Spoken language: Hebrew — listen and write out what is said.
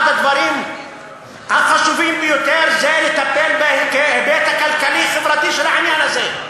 אחד הדברים החשובים ביותר זה לטפל בהיבט הכלכלי-חברתי של העניין הזה,